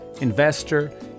investor